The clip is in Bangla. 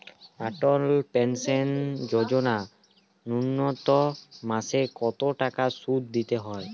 অটল পেনশন যোজনা ন্যূনতম মাসে কত টাকা সুধ দিতে হয়?